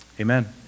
Amen